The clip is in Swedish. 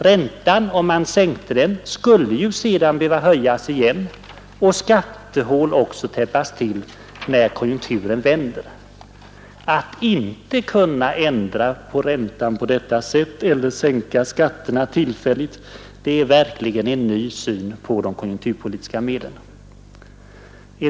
Räntan — om man sänkte den — skulle då behöva höjas igen, och även skattehål behöva täppas till när konjunkturen vänder. Att man inte skulle kunna ändra på räntan på detta sätt eller tillfälligt kunna sänka skatterna är verkligen en ny syn på de konjunkturpolitiska medlen. 3.